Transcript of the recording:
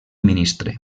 ministre